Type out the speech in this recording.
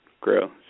grow